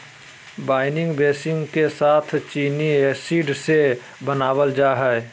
wine बेसींग के साथ चीनी एसिड से बनाबल जा हइ